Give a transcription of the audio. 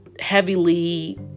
heavily